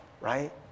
right